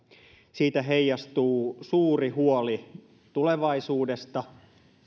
siitä heijastuu suuri huoli tulevaisuudesta